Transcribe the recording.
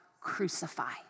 crucify